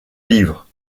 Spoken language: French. livres